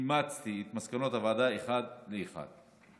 אימצתי את מסקנות הוועדה אחת לאחת.